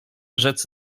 rzec